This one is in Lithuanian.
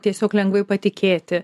tiesiog lengvai patikėti